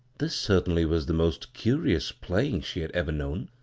this certainly was the most curious playing she had ever known.